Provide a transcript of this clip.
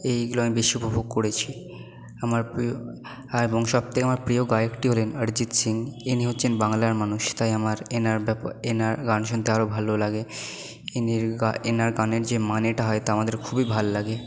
এইগুলো আমি বেশি উপভোগ করেছি আমার প্রিয় আর এবং সবথেকে আমার প্রিয় গায়কটি হলেন অরিজিৎ সিং ইনি হচ্ছেন বাংলার মানুষ তাই আমার এনার ব্যাপারে এনার গান শুনতে আরও ভালো লাগে ইনি এনার গানের যে মানেটা হয় তা আমাদের খুবই ভাল লাগে